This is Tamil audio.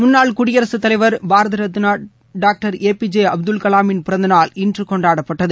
முள்ளாள் குடியர்கத் தலைவர் Bharat Ratna doctor A P J Abdul கலாமின் பிறந்த நாள் இன்று கொண்டாடப்பட்டது